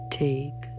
take